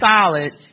solid